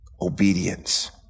obedience